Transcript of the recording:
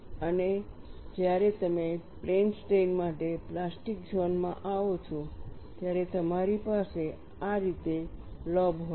અને જ્યારે તમે પ્લેન સ્ટ્રેઈન માટે પ્લાસ્ટિક ઝોન માં આવો છો ત્યારે તમારી પાસે આ રીતે લોબ હોય છે